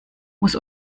muss